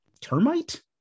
termite